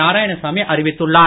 நாராயணசாமி அறிவித்துள்ளார்